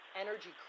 energy